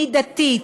מידתית,